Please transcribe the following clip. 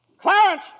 Clarence